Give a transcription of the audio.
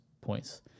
points